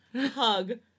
hug